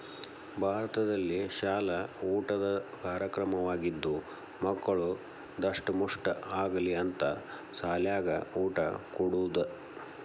ಭಾರತದಲ್ಲಿಶಾಲ ಊಟದ ಕಾರ್ಯಕ್ರಮವಾಗಿದ್ದು ಮಕ್ಕಳು ದಸ್ಟಮುಷ್ಠ ಆಗಲಿ ಅಂತ ಸಾಲ್ಯಾಗ ಊಟ ಕೊಡುದ